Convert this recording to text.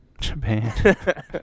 Japan